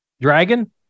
Dragon